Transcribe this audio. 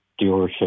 dealership